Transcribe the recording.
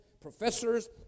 professors